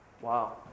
Wow